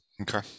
Okay